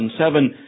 2007